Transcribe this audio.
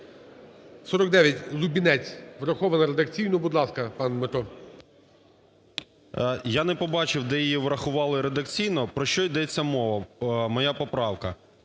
Я не побачив, де її врахували редакційно. Про що йдеться мова, моя поправка?